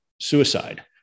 suicide